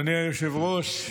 אדוני היושב-ראש,